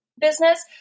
business